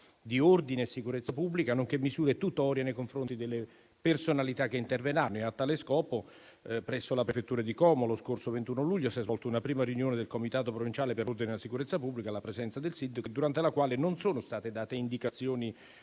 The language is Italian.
di ordine e sicurezza pubblica, nonché misure tutorie nei confronti delle personalità che interverranno. A tale scopo presso la prefettura di Como, lo scorso 21 luglio, si è svolta una prima riunione del comitato provinciale per l'ordine e la sicurezza pubblica, alla presenza del sindaco, durante la quale non sono state date indicazioni